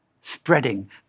spreading